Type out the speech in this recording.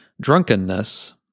drunkenness